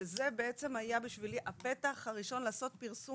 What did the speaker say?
שזה בעצם היה בשבילי הפתח הראשון לעשות פרסום